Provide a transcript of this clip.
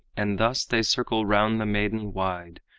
and thus they circle round the maidan wide,